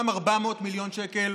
בהם 400 מיליון שקל